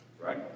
Right